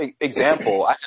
example